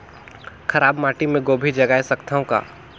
खराब माटी मे गोभी जगाय सकथव का?